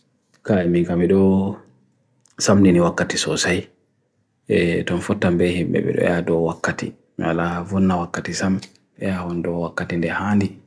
kaya mingamidoo, samini wakati sosai. Don't forget him me bido. Yadoo wakati. Yalla volna wakati sami. Yadoo wakati nehani.